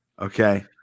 okay